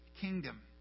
kingdom